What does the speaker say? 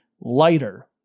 lighter